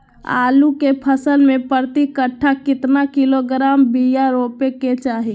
आलू के फसल में प्रति कट्ठा कितना किलोग्राम बिया रोपे के चाहि?